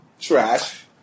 Trash